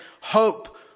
hope